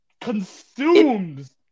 consumes